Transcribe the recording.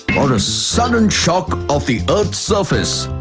or a sudden shock of the earth's surface.